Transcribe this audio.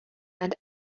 and